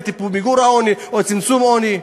למיגור העוני או לצמצום העוני?